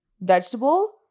vegetable